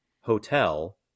hotel